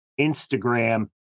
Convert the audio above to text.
Instagram